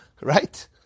Right